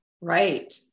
right